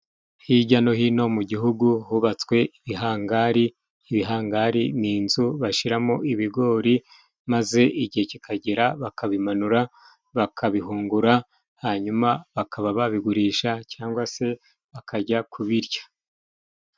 Hirya no hino mu gihugu hubatswe ibihangari. Ibihangari ni inzu bashyiramo ibigori maze igihe kikagera bakabimanura, bakabihungura, hanyuma bakaba babigurisha cyangwa se bakajya kubirya.